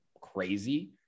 crazy